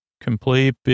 Complete